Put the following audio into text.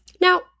Now